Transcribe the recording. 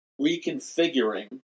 reconfiguring